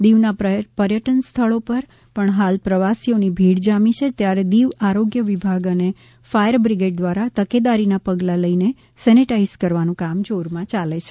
દીવના પર્યટન સ્થળો પર પણ હાલ પ્રવાસીઓની ભીડ જામી છે ત્યારે દીવ આરોગ્ય વિભાગ અને ફાયર બ્રિગેડ દ્વારા તકેદારીના પગલાં લઈને સેનેટાઇઝ કરવાનું કામ જોરમાં યાલે છે